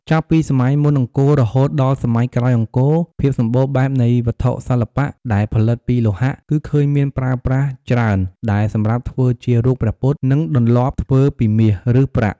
ចាប់ពីសម័យមុនអង្គររហូតដល់សម័យក្រោយអង្គរ ភាពសម្បូរបែបនៃវត្ថុសិល្បៈ ដែលផលិតពីលោហៈ គឺឃើញមានប្រើប្រាស់ច្រើនដែលសម្រាប់ធ្វើជារូបព្រះពុទ្ធ និងដន្លាប់ធ្វើពីមាស ឬប្រាក់។